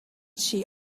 she